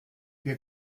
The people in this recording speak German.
wir